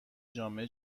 جامعه